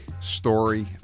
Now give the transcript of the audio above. story